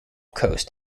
coast